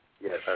Yes